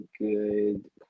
good